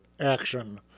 action